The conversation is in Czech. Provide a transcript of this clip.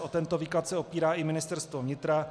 O tento výklad se opírá i Ministerstvo vnitra.